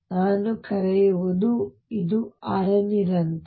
ನಾನು ಕರೆಯುವುದು ಅರೆ ನಿರಂತರ